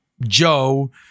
Joe